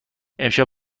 امشب